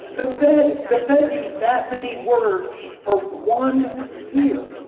the fed the fed used that many words for one year